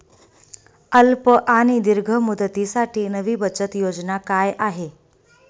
अल्प आणि दीर्घ मुदतीसाठी नवी बचत योजना काय आहे?